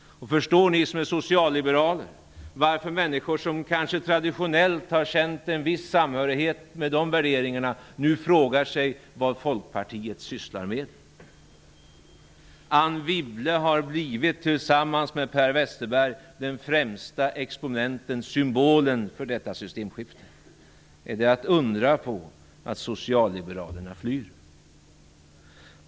Och förstår ni som är socialliberaler varför människor som kanske traditionellt har känt en viss samhörighet med de värderingarna nu frågar sig vad Folkpartiet sysslar med? Anne Wibble har tillsammans med Per Westerberg blivit den främsta exponenten, symbolen för detta systemskifte. Är det att undra på att socialliberalerna flyr?